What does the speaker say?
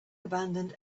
abandoned